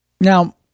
Now